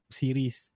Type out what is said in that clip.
series